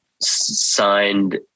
signed